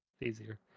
easier